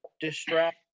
distract